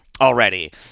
already